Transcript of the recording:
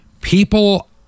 People